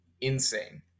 insane